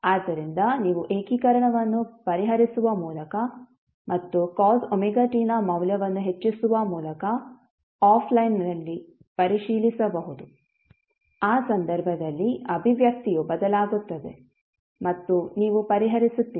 ಆದ್ದರಿಂದ ನೀವು ಏಕೀಕರಣವನ್ನು ಪರಿಹರಿಸುವ ಮೂಲಕ ಮತ್ತು cos ωt ನ ಮೌಲ್ಯವನ್ನು ಹೆಚ್ಚಿಸುವ ಮೂಲಕ ಆಫ್ಲೈನ್ನಲ್ಲಿ ಪರಿಶೀಲಿಸಬಹುದು ಆ ಸಂದರ್ಭದಲ್ಲಿ ಅಭಿವ್ಯಕ್ತಿಯು ಬದಲಾಗುತ್ತದೆ ಮತ್ತು ನೀವು ಪರಿಹರಿಸುತ್ತೀರಿ